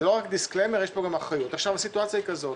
הסיטואציה היא כזאת.